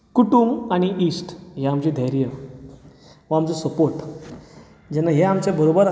कुटूंब आनी इश्ट हे आमचे धैर्य हो आमचो सपोर्ट जेन्ना हे आमचे बरोबर आसतात